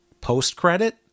post-credit